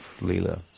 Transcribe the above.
lila